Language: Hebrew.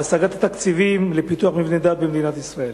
השגת התקציבים לפיתוח מבני דת במדינת ישראל?